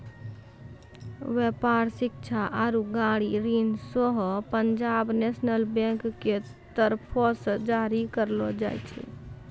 व्यापार, शिक्षा आरु गाड़ी ऋण सेहो पंजाब नेशनल बैंक के तरफो से जारी करलो जाय छै